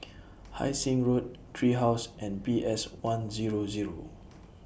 Hai Sing Road Tree House and P S one Zero Zero